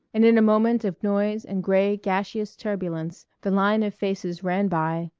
and in a moment of noise and gray gaseous turbulence the line of faces ran by,